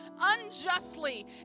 unjustly